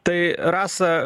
tai rasa